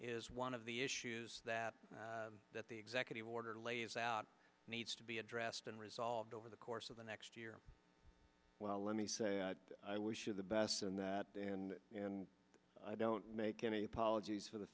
is one of the issues that that the executive order lays out needs to be addressed and resolved over the course of the next year well let me say i wish you the best in that and i don't make any apologies for the